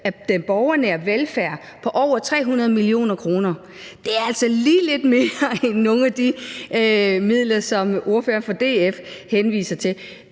af den borgernære velfærd på over 300 mio. kr. Det er altså lige lidt mere end nogle af de midler, som ordføreren for DF henviser til.